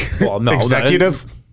Executive